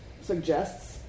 suggests